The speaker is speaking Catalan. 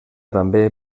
també